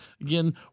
again